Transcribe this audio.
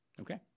Okay